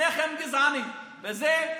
שניכם גזענים ואת זה